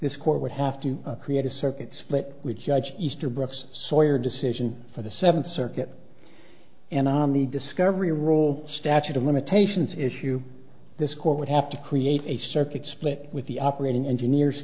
this court would have to create a circuit split with judge easterbrook sawyer decision for the seventh circuit and on the discovery rule statute of limitations issue this court would have to create a circuit split with the operating engineers